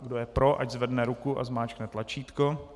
Kdo je pro, ať zvedne ruku a zmáčkne tlačítko.